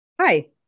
Hi